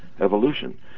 evolution